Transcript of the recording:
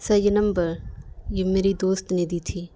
سر یہ نمبر یہ میری دوست نے دی تھی